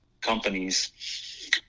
companies